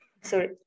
Sorry